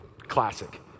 classic